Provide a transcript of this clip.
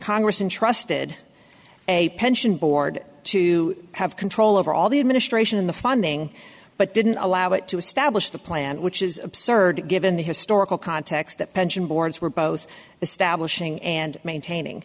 congress and trusted a pension board to have control over all the administration in the funding but didn't allow it to establish the plan which is absurd given the historical context that pension boards were both establishing and maintaining